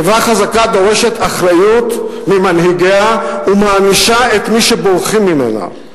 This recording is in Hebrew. חברה חזקה דורשת אחריות ממנהיגיה ומענישה את מי שבורחים ממנה.